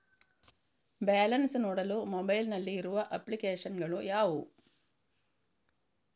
Balance ನೋಡಲು mobile ನಲ್ಲಿ ಇರುವ ಅಪ್ಲಿಕೇಶನ್ ಗಳು ಯಾವುವು?